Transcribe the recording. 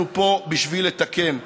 אנחנו פה בשביל לתקן.